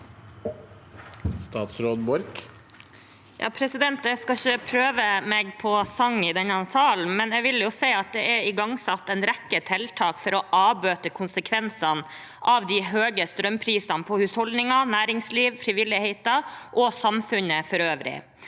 Sandra Borch Jeg skal ikke prø- ve meg på sang i denne salen, men jeg vil si at det er igangsatt en rekke tiltak for å avbøte konsekvensene av de høye strømprisene for husholdningene, næringslivet, frivilligheten og samfunnet for øvrig.